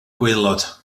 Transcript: gwaelod